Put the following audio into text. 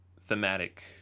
thematic